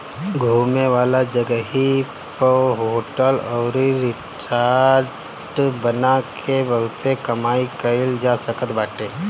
घूमे वाला जगही पअ होटल अउरी रिजार्ट बना के बहुते कमाई कईल जा सकत बाटे